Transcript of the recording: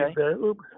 Okay